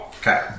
Okay